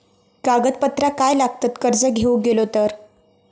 कागदपत्रा काय लागतत कर्ज घेऊक गेलो तर?